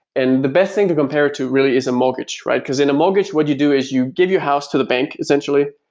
and the best thing to compare to really is a mortgage, right? because in a mortgage, what you do is you give your house to the bank essentially,